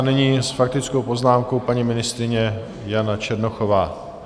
Nyní s faktickou poznámkou paní ministryně Jana Černochová.